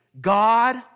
God